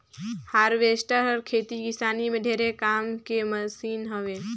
harvester हर खेती किसानी में ढेरे काम के मसीन हवे